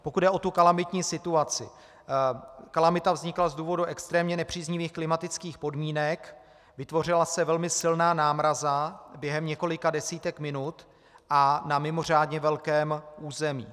Pokud jde o tu kalamitní situaci, kalamita vznikla z důvodů extrémně nepříznivých klimatických podmínek, vytvořila se velmi silná námraza během několika desítek minut a na mimořádně velkém území.